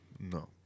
No